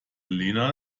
lena